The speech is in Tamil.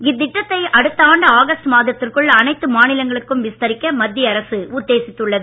இத்திட்டத்தை அடுத்த ஆண்டு ஆகஸ்ட் மாதத்திற்குள் அனைத்து மாநிலங்களுக்கும் விஸ்தரிக்க மத்திய அரசு உத்தேசித்துள்ளது